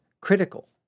critical